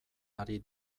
ari